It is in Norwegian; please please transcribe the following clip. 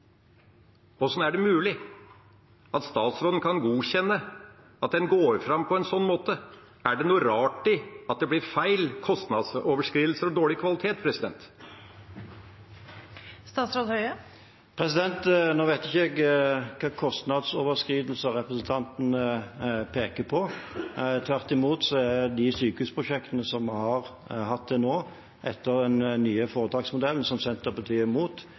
er det mulig at statsråden kan godkjenne at en går fram på en sånn måte? Er det noe rart at det blir feil – kostnadsoverskridelser og dårlig kvalitet? Nå vet ikke jeg hvilke kostnadsoverskridelser representanten peker på. Tvert imot har de sykehusprosjektene som vi har hatt til nå, etter den nye foretaksmodellen som Senterpartiet er imot,